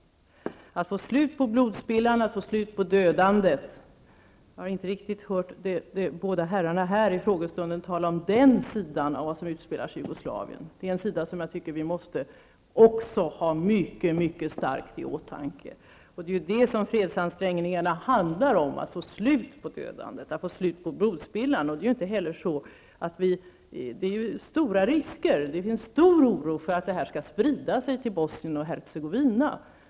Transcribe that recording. Det gäller att få slut på blodspillan och dödandet. Jag har inte riktigt hört de båda herrarna här i frågestunden tala om den sidan av vad som utspelar sig i Jugoslavien. Det är en sida som vi måste också ha starkt i åtanke. Det är det som fredsansträngningarna handlar om, dvs. att få slut på dödandet och på blodspillan. Här finns stora risker, och det finns en stor oro för att detta skall sprida sig till Bosnien och Hercegovina.